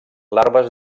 larves